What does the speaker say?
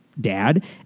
Dad